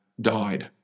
died